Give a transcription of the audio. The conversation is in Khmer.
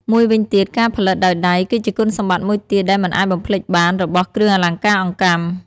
មួយវិញទៀត ការផលិតដោយដៃ គឺជាគុណសម្បត្តិមួយទៀតដែលមិនអាចបំភ្លេចបានរបស់គ្រឿងអលង្ការអង្កាំ។